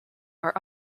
are